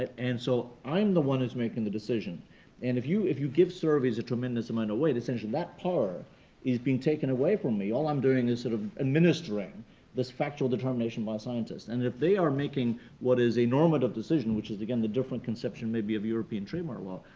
and so, i'm the one who's making the decision and if you if you give surveys a tremendous amount of weight, essentially that power is being taken away from me. all i'm doing is sort of administering this factual determination by scientists, and if they are making what is a normative decision, which is, again, the different conception, maybe, of european trademark law,